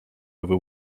over